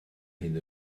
hyn